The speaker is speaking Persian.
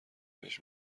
بهش